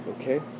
okay